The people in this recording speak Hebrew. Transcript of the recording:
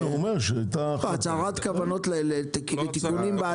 הייתה הצהרת כוונות לתיקונים בעתיד.